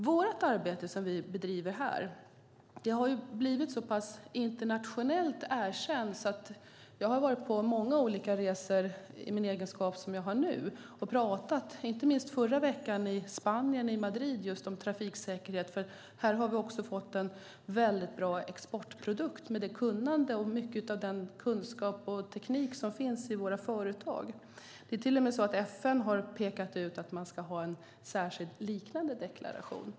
Det arbete som vi bedriver här har blivit internationellt erkänt. Jag har varit på många olika resor i den egenskap som jag har nu och pratat, inte minst i förra veckan i Madrid i Spanien, om trafiksäkerhet. Vi har fått en bra exportprodukt med detta i och med det kunnande och mycket av den kunskap och teknik som finns i våra företag. FN har till och med pekat ut att man ska ha en särskild liknande deklaration.